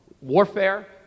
warfare